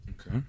Okay